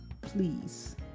Please